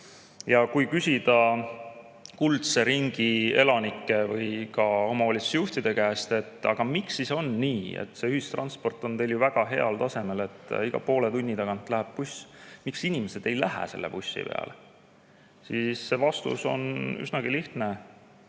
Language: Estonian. Kui küsida kuldse ringi elanike või ka omavalitsusjuhtide käest, miks on nii, et ühistransport on teil väga heal tasemel, iga poole tunni tagant läheb buss, aga inimesed ei lähe bussi peale, siis vastus on üsnagi lihtne: